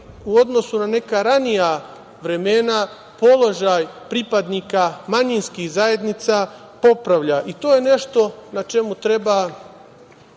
u odnosu na neka ranija vremena položaj pripadnika manjinskih zajednica popravlja i to je nešto na čemu treba